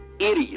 idiot